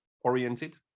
oriented